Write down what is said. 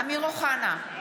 אמיר אוחנה,